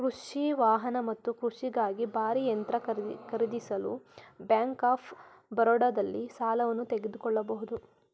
ಕೃಷಿ ವಾಹನ ಮತ್ತು ಕೃಷಿಗಾಗಿ ಭಾರೀ ಯಂತ್ರ ಖರೀದಿಸಲು ಬ್ಯಾಂಕ್ ಆಫ್ ಬರೋಡದಲ್ಲಿ ಸಾಲವನ್ನು ತೆಗೆದುಕೊಳ್ಬೋದು